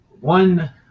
One